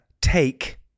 take